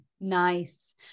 Nice